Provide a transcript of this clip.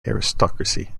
aristocracy